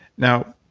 now,